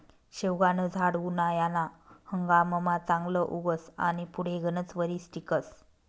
शेवगानं झाड उनायाना हंगाममा चांगलं उगस आनी पुढे गनच वरीस टिकस